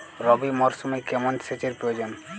রবি মরশুমে কেমন সেচের প্রয়োজন?